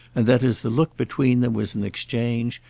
and that, as the look between them was an exchange,